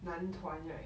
男团 right